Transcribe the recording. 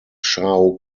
shao